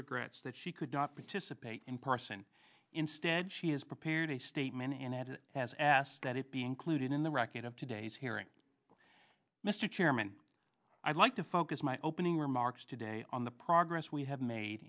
regrets that she could not participate in person instead she has prepared a statement and it has asked that it be included in the record of today's hearing mr chairman i'd like to focus my opening remarks today on the progress we have made